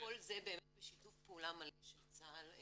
כל זה בשיתוף פעולה מלא של צה"ל.